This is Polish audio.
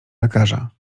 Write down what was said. lekarza